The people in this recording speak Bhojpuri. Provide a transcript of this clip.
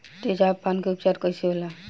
तेजाब पान के उपचार कईसे होला?